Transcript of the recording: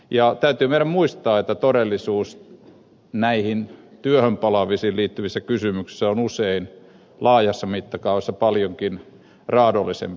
ja täytyy meidän muistaa että todellisuus näihin työhön palaamiseen liittyvissä kysymyksissä on usein laajassa mittakaavassa paljonkin raadollisempi